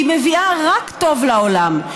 היא מביאה רק טוב לעולם.